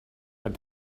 had